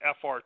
FR